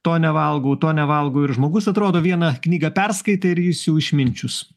to nevalgau to nevalgau ir žmogus atrodo vieną knygą perskaitė ir jis jau išminčius